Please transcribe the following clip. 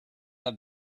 have